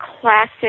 classic